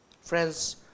Friends